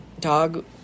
dog